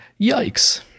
yikes